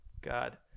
god